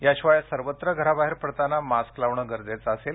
याशिवाय सर्वत्र घराबाहेर पडताना मास्क लावणं गरजेचं असेल